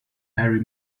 harry